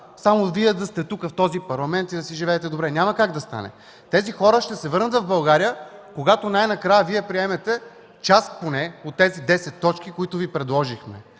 Само Вие да сте тук в този Парламент и да си живеете добре – няма как да стане! Тези хора ще се върнат в България, когато най-накрая Вие приемете поне част от тези 10 точки, които Ви предложихме,